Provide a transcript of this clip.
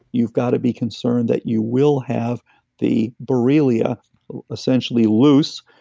you've got to be concerned that you will have the borrelia essentially loose,